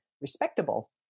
respectable